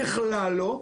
בכלל לא.